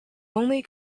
only